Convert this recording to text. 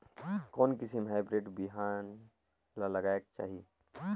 कोन किसम हाईब्रिड बिहान ला लगायेक चाही?